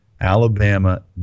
Alabama